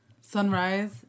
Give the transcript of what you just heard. sunrise